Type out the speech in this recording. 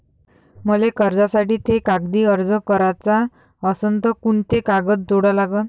मले कर्जासाठी थे कागदी अर्ज कराचा असन तर कुंते कागद जोडा लागन?